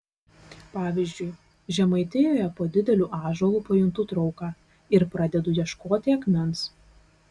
pavyzdžiui žemaitijoje po dideliu ąžuolu pajuntu trauką ir pradedu ieškoti akmens